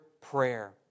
prayer